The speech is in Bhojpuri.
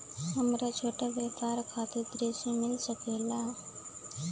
हमरा छोटा व्यापार खातिर ऋण मिल सके ला?